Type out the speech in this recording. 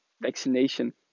vaccination